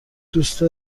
دوست